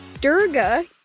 Durga